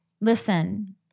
Listen